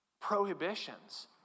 prohibitions